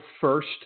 first